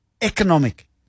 economic